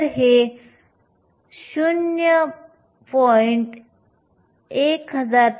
तर हे 0